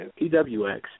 PWX